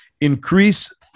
Increase